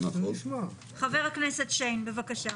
חבר הכנסת שיין, בבקשה.